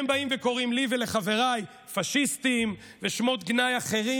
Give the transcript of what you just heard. באים וקוראים לי ולחבריי פשיסטים ושמות גנאי אחרים,